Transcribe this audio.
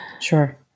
Sure